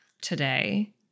today